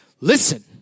Listen